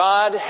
God